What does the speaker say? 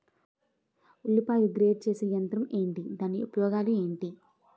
ఉల్లిపాయలను గ్రేడ్ చేసే యంత్రం ఏంటి? దాని ఉపయోగాలు ఏంటి?